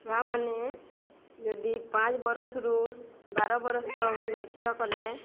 ଛୁଆମାନେ ଯଦି ପାଞ୍ଚ ବର୍ଷରୁ ବାର ବର୍ଷ ତ ନୃତ୍ୟ କଲେ